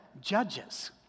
judges